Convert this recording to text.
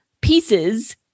pieces